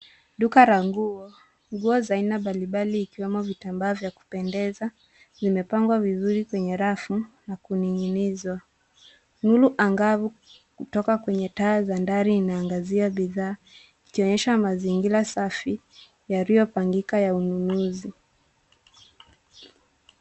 Duka la nguo. Nguo za aina mbalimbali ikiwemo vitambaa vya kupendeza vimepangwa vizuri kwenye rafu na kuning'inizwa. Nuru angavu kutoka kwenye taa za dari inaangazia, ikionyesha mazingira safi yaliopangika ya ununuzi.